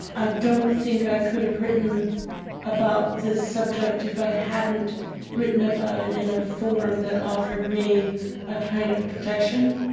i don't think i could've written about this subject if i hadn't written about it in a form that offered me a kind of protection